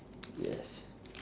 yes